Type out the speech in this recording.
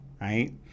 right